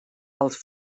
els